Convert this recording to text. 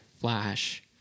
flash